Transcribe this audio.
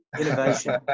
Innovation